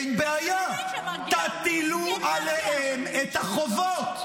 אין בעיה, תטילו עליהם את החובות.